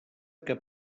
que